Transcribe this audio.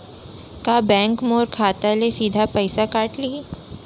का बैंक मोर खाता ले सीधा पइसा काट लिही?